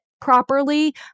properly